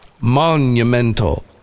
monumental